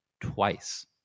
twice